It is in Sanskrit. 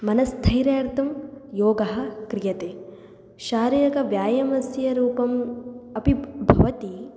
मनस्थैर्यार्थं योगः क्रियते शारीरकव्यायामस्य रूपम् अपि भवति